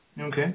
Okay